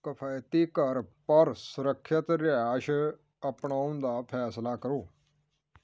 ਕਿਫਾਇਤੀ ਘਰ ਪਰ ਸੁਰੱਖਿਅਤ ਰਿਹਾਇਸ਼ ਅਪਣਾਉਣ ਦਾ ਫੈਸਲਾ ਕਰੋ